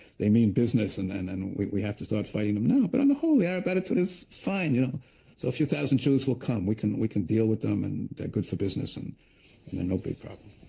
they mean business and and and we we have to start fighting them now, but on the whole, the arab attitude is fine, you know, so a few thousand jews will come. we can we can deal with them, and they're good for business and then no big problem.